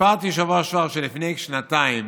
סיפרתי בשבוע שעבר שלפני שנתיים,